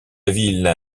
ville